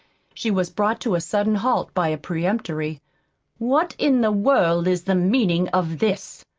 she was brought to a sudden halt by a peremptory what in the world is the meaning of this?